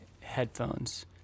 headphones